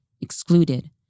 excluded